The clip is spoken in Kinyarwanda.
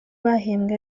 bahembwe